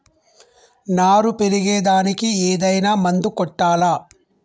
నారు పెరిగే దానికి ఏదైనా మందు కొట్టాలా?